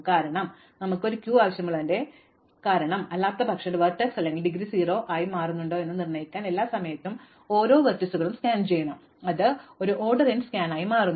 കാരണം ഞങ്ങൾക്ക് ഈ ക്യൂ ആവശ്യമുള്ളതിന്റെ കാരണം അല്ലാത്തപക്ഷം ഒരു വെർട്ടെക്സ് അല്ലെങ്കിൽ ഡിഗ്രി 0 ആയി മാറുന്നുണ്ടോ എന്ന് നിർണ്ണയിക്കാൻ എല്ലാ സമയത്തും എല്ലാ വെർട്ടീസുകളും സ്കാൻ ചെയ്യണം അത് ഒരു ഓർഡർ എൻ സ്കാൻ ആയി മാറുന്നു